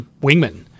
wingman